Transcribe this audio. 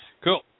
Cool